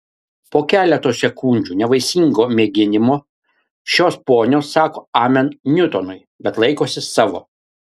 po keleto sekundžių nevaisingo mėginimo šios ponios sako amen niutonui bet laikosi savo